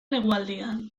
negualdian